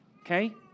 okay